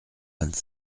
vingt